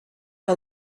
que